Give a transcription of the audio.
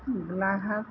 Golaghat